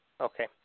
Okay